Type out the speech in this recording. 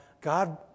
God